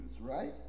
right